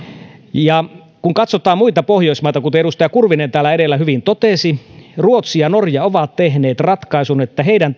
kun katsotaan muita pohjoismaita kuten edustaja kurvinen edellä hyvin totesi ruotsi ja norja ovat tehneet ratkaisun että heidän